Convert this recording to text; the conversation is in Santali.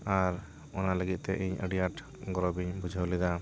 ᱟᱨ ᱚᱱᱟ ᱞᱟᱹᱜᱤᱫ ᱛᱮ ᱤᱧ ᱟᱹᱰᱤ ᱟᱴ ᱜᱚᱨᱚᱵᱽ ᱤᱧ ᱵᱩᱡᱟᱹᱣ ᱞᱮᱫᱟ